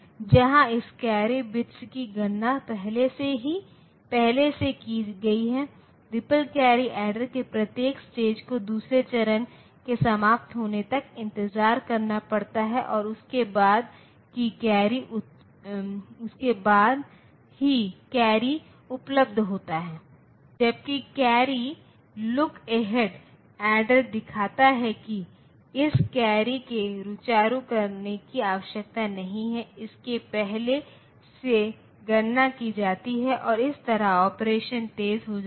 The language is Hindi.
जहां इस कैरी बिट्स की गणना पहले से की गई है रिपल कैरी एडर्स में प्रत्येक स्टेज को दूसरे चरणों के समाप्त होने तक इंतजार करना पड़ता है और उसके बाद ही कैरी उपलब्ध होता है जबकि कैर्री लुक अहेड ऐडर दिखता है की इस कैरी के रूचार करने की आवश्यकता नहीं है इसकी पहले से गणना की जाती है और इस तरह ऑपरेशन तेज हो जाता है